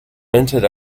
minted